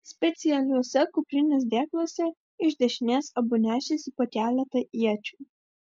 specialiuose kuprinės dėkluose iš dešinės abu nešėsi po keletą iečių